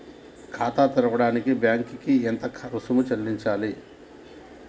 ఖాతా తెరవడానికి బ్యాంక్ కి ఎంత రుసుము చెల్లించాలి?